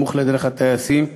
סמוך לדרך-הטייסים בעיר,